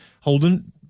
holden